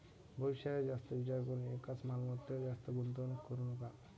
भविष्याचा जास्त विचार करून एकाच मालमत्तेवर जास्त गुंतवणूक करू नका